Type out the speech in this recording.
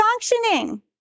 functioning